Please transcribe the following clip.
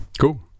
cool